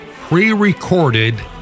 pre-recorded